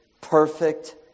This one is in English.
perfect